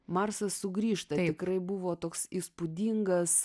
marsas sugrįžta tikrai buvo toks įspūdingas